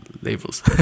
labels